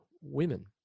women